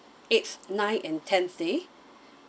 eighth nine and tenth day